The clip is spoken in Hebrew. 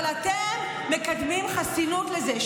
אבל אתם מקדמים חסינות לזה.